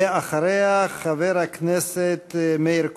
ואחריה, חבר הכנסת מאיר כהן.